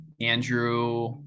Andrew